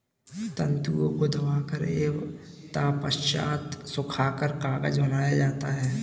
तन्तुओं को दबाकर एवं तत्पश्चात सुखाकर कागज बनाया जाता है